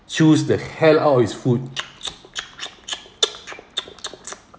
chews the hell out his food